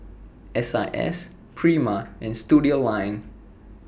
S I S Prima and Studioline